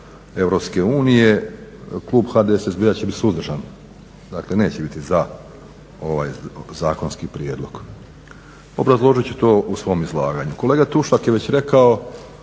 Europske unije, klub HDSSB-a će bit suzdržan, dakle neće biti za ovaj zakonski prijedlog. Obrazložit ću to u svom izlaganju. Kolega Tušak je već rekao